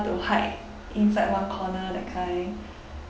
to hide inside one corner that kind